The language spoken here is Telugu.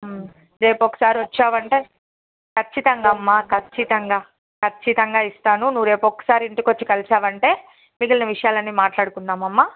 రేపు ఒకసారి వచ్చావంటే ఖచ్చితంగా అమ్మా ఖచ్చితంగా ఖచ్చితంగా ఇస్తాను నువ్వు రేపు ఒక్కసారి ఇంటికి వచ్చి కలిశావంటే మిగిలిన విషయాలన్ని మాట్లాడుకుందామమ్మా